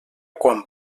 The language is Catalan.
quan